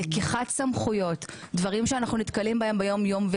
לקיחת סמכויות דברים שאנחנו נתקלים בהם יום-יום,